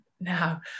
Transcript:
now